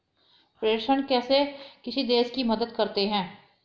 प्रेषण कैसे किसी देश की मदद करते हैं?